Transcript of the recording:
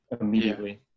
immediately